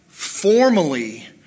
formally